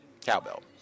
Cowbell